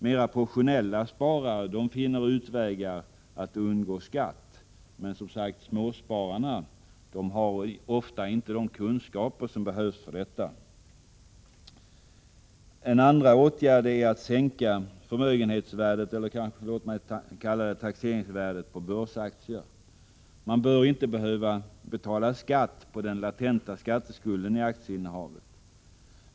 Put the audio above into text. Mera professionella sparare finner utvägar att undgå skatt, men småspararna har ofta inte de kunskaper som behövs för det. En andra åtgärd är att sänka förmögenhetsvärdet, eller låt mig kalla det taxeringsvärdet, på börsaktier. Man bör inte behöva betala skatt på den latenta skatteskulden i aktieinnehavet.